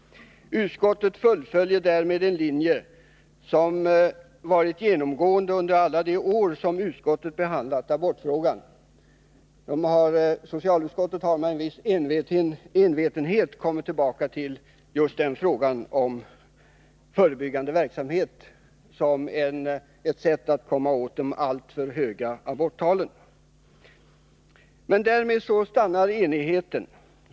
Utskottet fullföljer därmed en linje som varit den genomgående under alla år som utskottet behandlat abortfrågan. Socialutskottet har med en viss envetenhet kommit tillbaka till just frågan om förebyggande verksamhet som ett sätt att komma till rätta med de alltför höga aborttalen. Där stannar emellertid enigheten.